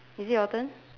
is it your turn